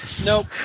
Nope